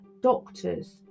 doctors